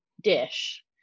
dish